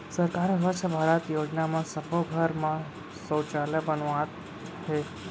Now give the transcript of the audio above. सरकार ह स्वच्छ भारत योजना म सब्बो घर म सउचालय बनवावत हे